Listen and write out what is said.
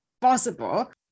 possible